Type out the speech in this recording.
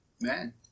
man